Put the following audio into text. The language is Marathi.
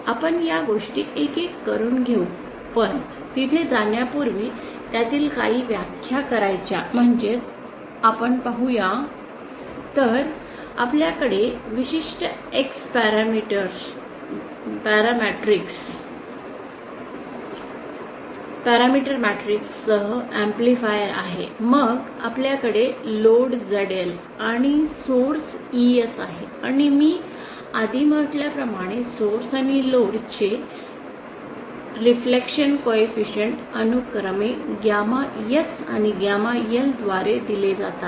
तर आपण या गोष्टी एक एक करून घेऊ पण तिथे जाण्यापूर्वी त्यातील काही व्याख्या करायच्या म्हणजे आपण पाहूया तर आपल्याकडे विशिष्ट x पॅरामीटर मॅट्रिक्स सह एम्पलीफायर आहे मग आपल्याकडे लोड ZL आणि सोर्स ES आहे आणि मी आधी म्हटल्याप्रमाणे सोर्स आणि लोड चे रिफ्लेक्शन कॉइफिशिन्ट अनुक्रमे गॅमा S आणि गॅमा L द्वारे दिले जातात